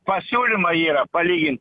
pasiūlymą yra palyginti